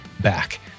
back